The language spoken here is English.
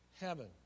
heaven